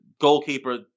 goalkeeper